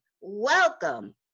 welcome